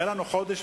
רואה את הקשר הזה,